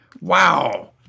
Wow